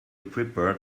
prepared